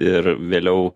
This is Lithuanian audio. ir vėliau